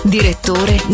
Direttore